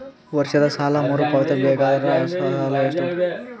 ವರ್ಷದ ಸಾಲಾ ಮರು ಪಾವತಿಸಬೇಕಾದರ ಅಸಲ ಎಷ್ಟ ಉಳದದ ಮತ್ತ ಬಡ್ಡಿ ಎಷ್ಟ ಉಳಕೊಂಡದ?